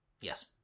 Yes